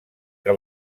que